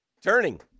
Turning